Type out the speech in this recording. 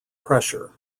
pressure